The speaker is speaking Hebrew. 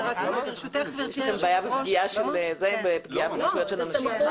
יש כאן בעיה בפגיעה בזכויות של אנשים.